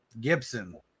Gibson